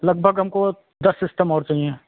लगभग हमको दस सिस्टम और चाहियें